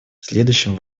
следующим